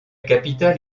capitale